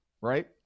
right